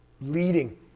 leading